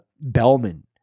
bellman